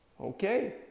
Okay